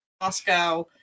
Moscow